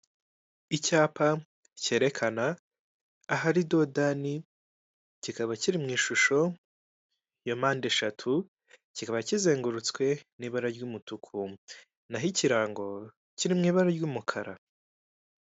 Icyapa cyerekana ahari dodani kikaba kiri mu ishusho ya mpande eshatu kikaba kizengurutswe n'ibara ry'umutuku naho ikirango kiri mu ibara ry'umukara.